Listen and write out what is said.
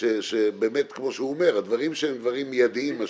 והרעיון הוא למצוא באמת שם קוד לכל דבר כזה